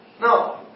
No